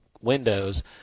windows